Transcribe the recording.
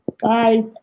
Bye